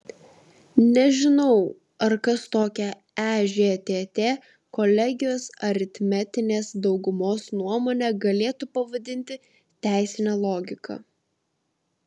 nežinau ar kas tokią ežtt kolegijos aritmetinės daugumos nuomonę galėtų pavadinti teisine logika